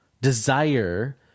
desire